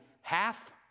half